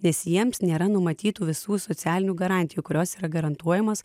nes jiems nėra numatytų visų socialinių garantijų kurios yra garantuojamos